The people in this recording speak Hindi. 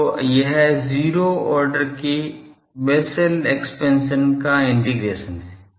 तो यह zero ऑर्डर के बेसेल एक्सपेंशन का इंटीग्रेशन है